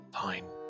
Fine